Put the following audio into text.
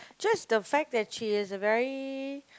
just the fact that she is a very